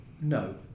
no